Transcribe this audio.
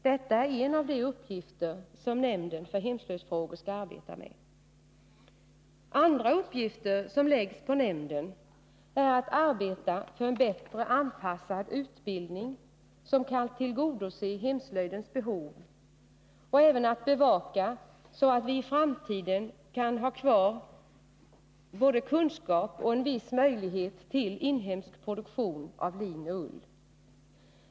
Detta är en av de uppgifter som nämnden för hemslöjdsfrågor skall arbeta med. Andra uppgifter som läggs på nämnden är att arbeta för en bättre anpassad utbildning som kan tillgodose hemslöjdens behov och att bevaka att vi i framtiden kan ha kvar både kunskap och en viss möjlighet till inhemsk produktion av lin och ull.